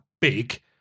big